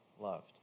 loved